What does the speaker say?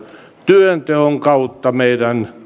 työnteon kautta kasvaa meidän